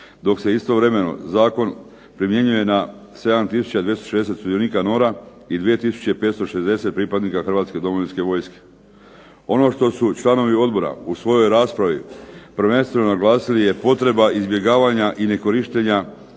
dok se istovremeno zakon primjenjuje 7 260 sudionika NOR-a i 2 560 pripadnika Hrvatske domovinske vojske. Ono što su članovi odbora u svojoj raspravi prvenstveno naglasili je potreba izbjegavanja i nekorištenja